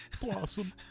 Blossom